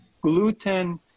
gluten